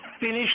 finish